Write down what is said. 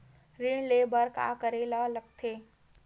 ऋण ले बर का करे ला लगथे?